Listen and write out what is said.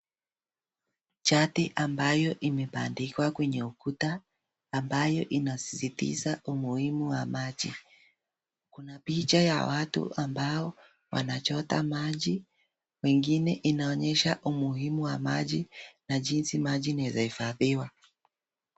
Chati ambayo imebandikwa kwenye ukuta, ambayo inasisitiza umuhimu wa maji, kuna picha ya watu ambao, wanachota maji, wengine inaonyesha umuhimu wa maji, na jinsi maji inaeza hifadhiwa.